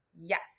yes